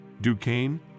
Duquesne